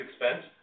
expense